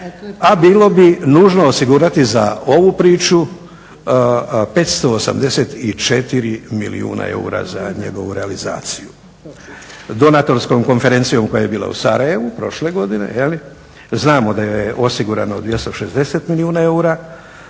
A bilo bi nužno osigurati za ovu priču 584 milijuna eura za njegovu realizaciju. Donatorskom konferencijom koja je bila u Sarajevu prošle godine, znamo da je osigurano 260 milijuna eura,